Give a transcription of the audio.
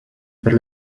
per